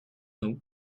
nous